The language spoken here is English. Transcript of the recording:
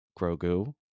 Grogu